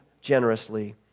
generously